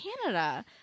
Canada